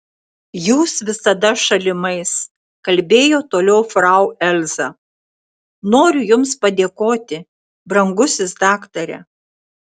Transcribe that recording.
jūs visada šalimais kalbėjo toliau frau elza noriu jums padėkoti brangusis daktare